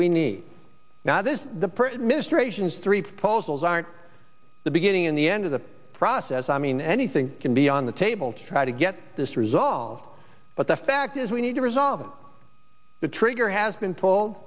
president mr ations three proposals aren't the beginning in the end of the process i mean anything can be on the table to try to get this resolved but the fact is we need to resolve the trigger has been told